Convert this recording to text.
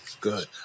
Good